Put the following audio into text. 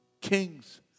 kings